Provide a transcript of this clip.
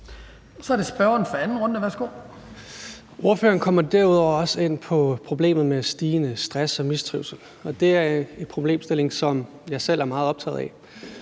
11:36 Rasmus Lund-Nielsen (M): Ordføreren kommer derudover også ind på problemet med stigende stress og mistrivsel, og det er en problemstilling, som jeg selv er meget optaget af.